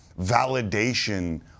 validation